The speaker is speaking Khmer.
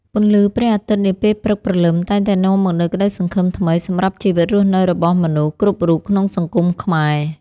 ពន្លឺព្រះអាទិត្យនាពេលព្រឹកព្រលឹមតែងតែនាំមកនូវក្តីសង្ឃឹមថ្មីសម្រាប់ជីវិតរស់នៅរបស់មនុស្សគ្រប់រូបក្នុងសង្គមខ្មែរ។